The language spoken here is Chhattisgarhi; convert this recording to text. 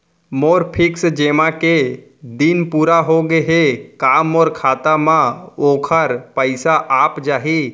मोर फिक्स जेमा के दिन पूरा होगे हे का मोर खाता म वोखर पइसा आप जाही?